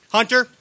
Hunter